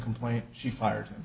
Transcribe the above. complaint she fired